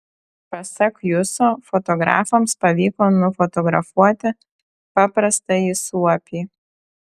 pasak juso fotografams pavyko nufotografuoti paprastąjį suopį